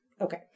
Okay